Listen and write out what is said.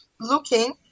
looking